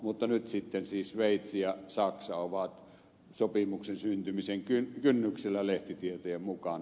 mutta nyt sitten siis sveitsi ja saksa ovat sopimuksen syntymisen kynnyksellä lehtitietojen mukaan